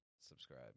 subscribe